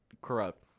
corrupt